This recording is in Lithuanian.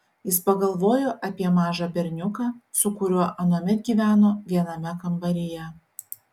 jis pagalvojo apie mažą berniuką su kuriuo anuomet gyveno viename kambaryje